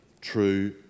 true